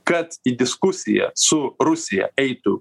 kad į diskusiją su rusija eitų